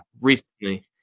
recently